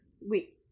Wait